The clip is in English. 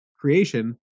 creation